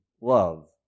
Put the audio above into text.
love